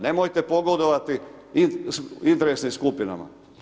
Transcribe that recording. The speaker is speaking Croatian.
Nemojte pogodovati interesnih skupinama.